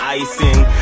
icing